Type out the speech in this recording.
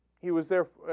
he was therefore